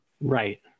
Right